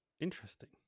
Interesting